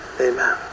Amen